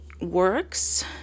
works